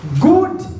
Good